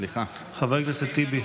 חבר הכנסת טיבי.